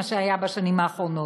מה שהיה בשנים האחרונות.